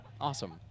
awesome